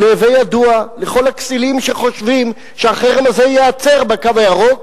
ולהווי ידוע לכל הכסילים שחושבים שהחרם הזה ייעצר ב"קו הירוק",